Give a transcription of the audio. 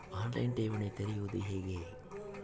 On line ಠೇವಣಿ ತೆರೆಯುವುದು ಹೇಗೆ?